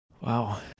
Wow